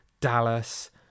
Dallas